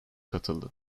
katıldı